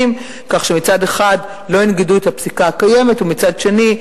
כך שמצד אחד לא ינגדו את הפסיקה הקיימת ומצד שני,